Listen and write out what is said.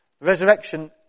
Resurrection